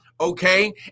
okay